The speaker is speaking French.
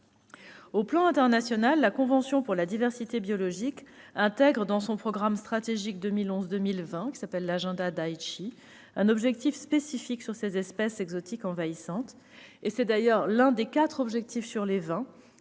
l'échelon international, la Convention pour la diversité biologique intègre dans son programme stratégique 2011-2020, qui s'appelle l'agenda d'Aichi, un objectif spécifique sur ces espèces exotiques envahissantes. C'est d'ailleurs l'un des 4 objectifs sur 20 sur